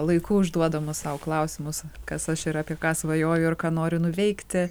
laiku užduodamus sau klausimus kas aš ir apie ką svajoju ir ką noriu nuveikti